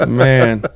man